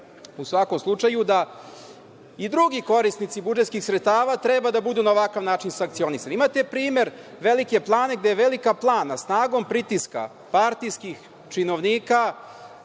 u svakom slučaju, da i drugi korisnici budžetskih sredstava treba da budu na ovakav način sankcionisani. Imate primer Velike Plane, gde Velika Plana snagom pritiska partijskih činovnika